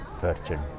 Virgin